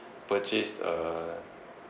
purchase a